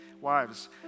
Wives